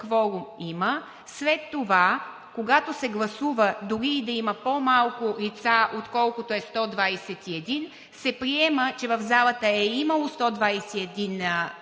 след това, когато се гласува дори и да има по-малко лица, отколкото е 121, се приема, че в залата е имало 121 души,